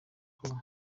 kuba